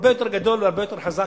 אמון הרבה יותר גדול והרבה יותר חזק